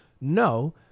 no